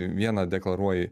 vieną deklaruoji